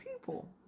people